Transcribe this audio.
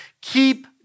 keep